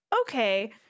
okay